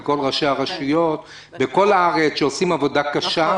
לכל ראשי הרשויות בכל הארץ שעושים עבודה קשה.